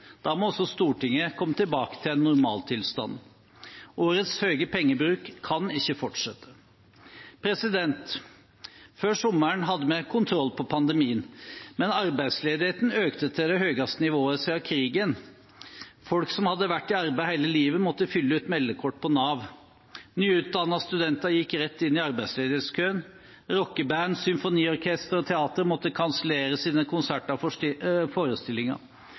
Da må også Stortinget komme tilbake til en normaltilstand. Årets høye pengebruk kan ikke fortsette. Før sommeren hadde vi kontroll på pandemien, men arbeidsledigheten økte til det høyeste nivået siden krigen. Folk som hadde vært i arbeid hele livet, måtte fylle ut meldekort på Nav. Nyutdannede studenter gikk rett inn i arbeidsledighetskøen, rockeband, symfoniorkestre og teatre måtte kansellere sine konserter og forestillinger.